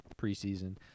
preseason